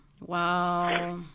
Wow